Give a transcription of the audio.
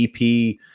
EP